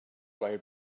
while